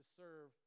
serve